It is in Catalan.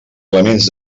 elements